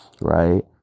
right